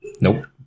Nope